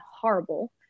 horrible